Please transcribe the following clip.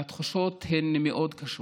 והתחושות הן מאוד קשות.